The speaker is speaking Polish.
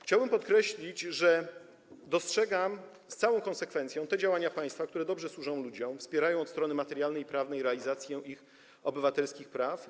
Chciałbym podkreślić, że dostrzegam z całą konsekwencją te działania państwa, które dobrze służą ludziom, wspierają od strony materialnej i prawnej realizację ich obywatelskich praw.